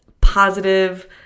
positive